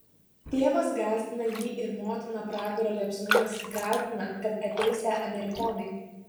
tėvas gąsdina jį ir motiną pragaro liepsnomis gąsdina kad ateisią amerikonai